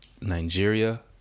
Nigeria